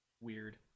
weird